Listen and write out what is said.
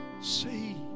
see